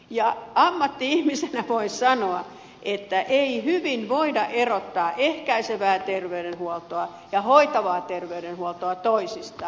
ja ammatti ihmisenä voin sanoa että ei voida helposti erottaa ehkäisevää terveydenhuoltoa ja hoitavaa terveydenhuoltoa toisistaan